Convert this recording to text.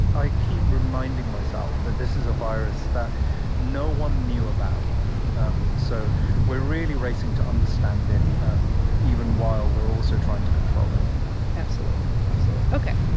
i keep reminding myself that this is a virus that no one knew about yeah um so we're really racing to understand it um even while we're also trying to control it absolutely. absolutely. ok,